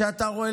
כשאתה רואה,